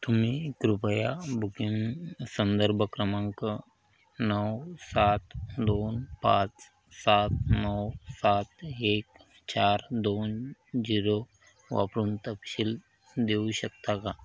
तुम्ही कृपया बुकिंग संदर्भ क्रमांक नऊ सात दोन पाच सात नऊ सात एक चार दोन झिरो वापरून तपशील देऊ शकता का